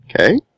Okay